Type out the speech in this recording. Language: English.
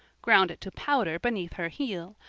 ground it to powder beneath her heel,